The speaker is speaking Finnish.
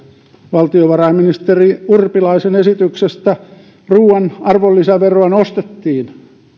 valtiovarainministeri urpilaisen esityksestä ruuan arvonlisäveroa nostettiin